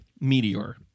meteor